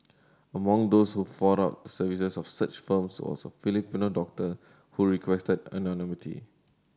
among those who fought out the services of such firms was a Filipino doctor who requested anonymity